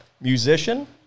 musician